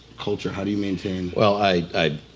culture, how do you maintain? well i,